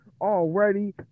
already